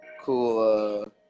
cool